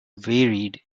varied